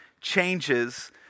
changes